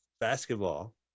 basketball